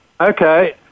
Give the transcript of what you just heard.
Okay